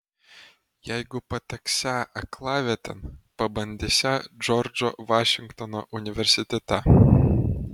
jeigu pateksią aklavietėn pabandysią džordžo vašingtono universitete